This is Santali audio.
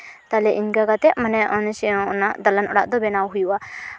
ᱛᱟᱞᱦᱮ ᱤᱱᱠᱟᱹ ᱠᱟᱛᱮᱫ ᱢᱟᱱᱮ ᱚᱱᱮ ᱥᱮ ᱚᱱᱟ ᱫᱟᱞᱟᱱ ᱚᱲᱟᱜ ᱫᱚ ᱵᱮᱱᱟᱣ ᱦᱩᱭᱩᱜᱼᱟ